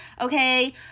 okay